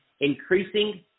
increasing